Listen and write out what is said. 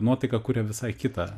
nuotaiką kuria visai kita